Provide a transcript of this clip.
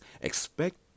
expect